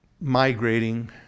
migrating